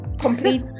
complete